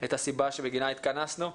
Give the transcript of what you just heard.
את הסיבה שבגינה התכנסנו.